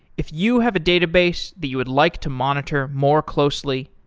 if you have a database that you would like to monitor more closely,